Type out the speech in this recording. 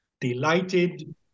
delighted